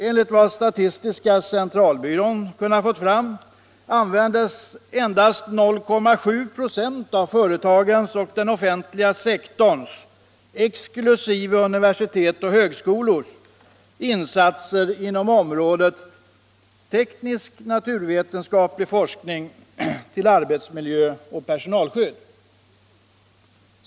Enligt statistiska centralbyrån användes endast 0,7 96 av företagens och den offentliga sektorns — exkl. universitets och högskolors — insatser inom området teknisk och naturvetenskaplig forskning till arbetsmiljö och personalskydd.